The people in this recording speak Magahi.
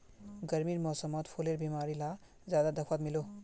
गर्मीर मौसमोत फुलेर बीमारी ला ज्यादा दखवात मिलोह